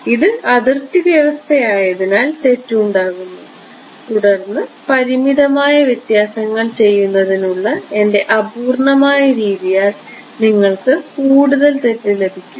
ഇത് അതിർത്തി വ്യവസ്ഥയായതിനാൽ തെറ്റ് ഉണ്ടാകുന്നു തുടർന്ന് പരിമിതമായ വ്യത്യാസങ്ങൾ ചെയ്യുന്നതിനുള്ള എന്റെ അപൂർണ്ണമായ രീതിയാൽ നിങ്ങൾക്ക് കൂടുതൽ തെറ്റ് ലഭിക്കും